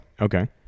Okay